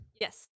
yes